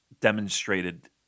demonstrated